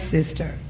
Sister